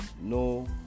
no